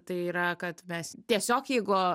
tai yra kad mes tiesiog jeigu